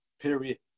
Period